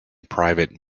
private